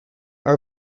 are